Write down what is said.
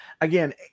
again